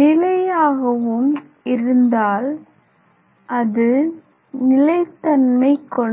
நிலையாகவும் இருந்தால் அது நிலைத்தன்மை கொண்டது